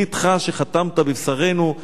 "בריתך שחתמת בבשרנו",